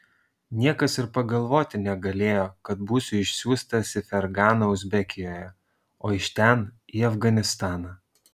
niekas ir pagalvoti negalėjo kad būsiu išsiųstas į ferganą uzbekijoje o iš ten į afganistaną